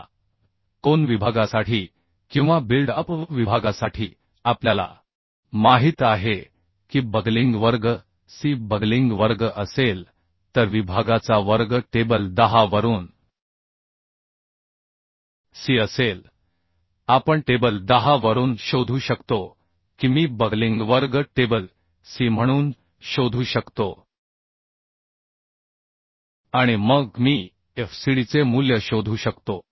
आता कोन विभागासाठी किंवा बिल्ड अप विभागासाठी आपल्याला माहित आहे की बकलिंग वर्ग सी बकलिंग वर्ग असेल तर विभागाचा वर्ग टेबल 10 वरून C असेल आपण टेबल 10 वरून शोधू शकतो की मी बकलिंग वर्ग टेबल सी म्हणून शोधू शकतो आणि मग मी FCD चे मूल्य शोधू शकतो